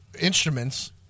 instruments